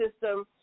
system